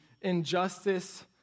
injustice